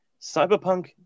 Cyberpunk